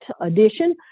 edition